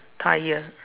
tyre